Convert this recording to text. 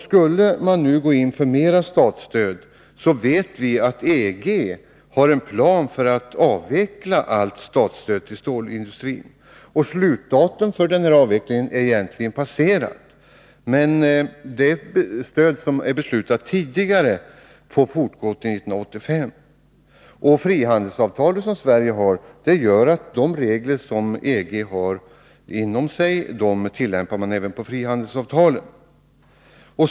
Vi vet ju att EG har en plan för att avveckla allt statsstöd till stålindustrin, och slutdatum för denna avveckling har egentligen passerats. Men det stöd som är beslutat om tidigare får utgå till 1985. Det frihandelsavtal som Sverige har innebär att EG:s regler tillämpas även på frihandelsavtalet.